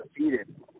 defeated